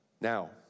Now